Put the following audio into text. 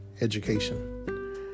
education